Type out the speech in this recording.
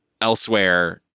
elsewhere